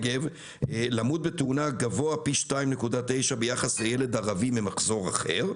למות בתאונה גבוה פי 2.9 ביחס לילד ערבי מאזור אחר.